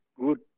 good